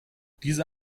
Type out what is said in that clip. diese